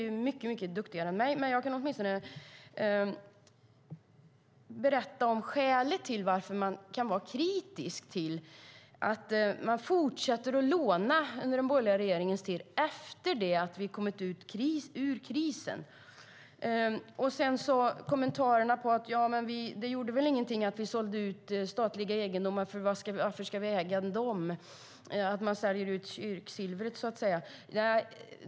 Hon är mycket duktigare än jag, men jag kan åtminstone förklara skälet till att vi kan vara kritiska till att den borgerliga regeringen fortsatte att låna efter det att vi kommit ur krisen. Det sades att det väl inte gjorde någonting att vi sålde ut statlig egendom, för varför skulle vi äga det. Man sålde kyrksilvret, så att säga.